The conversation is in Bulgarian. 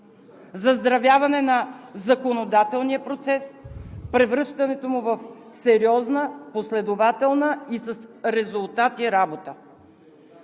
заздравяване на законодателния процес, превръщането му в сериозна, последователна и с резултати работа.